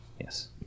yes